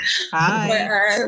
Hi